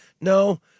No